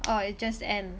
oh it's just an